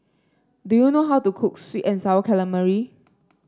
do you know how to cook sweet and sour calamari